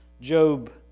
Job